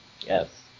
Yes